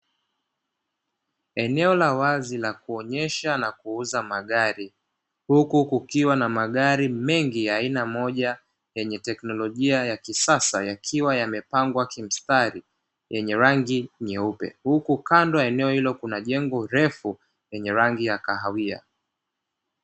Eneo la wazi la kuonyesha na kuuza magari huku kukiwa na magari mengi ya aina moja yenye teknolojia ya kisasa yakiwa yamepangwa kimstari yenye rangi nyeupe huku kando eneo hilo kuna jengo refu yenye rangi ya kahawia